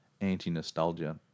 anti-nostalgia